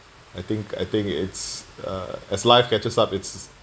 I think I think it's uh as life catches up it's